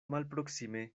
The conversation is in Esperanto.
malproksime